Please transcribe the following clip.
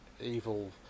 evil